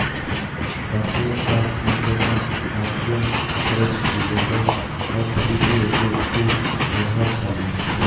বাঁশের চাষ ইক রকম আগ্রো ফরেস্টিরি যেট অথ্থলিতির উপর খুব পরভাবশালী